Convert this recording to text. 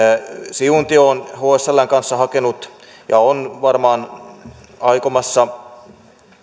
siuntio on hsln kanssa hakenut ja on varmaan aikomassa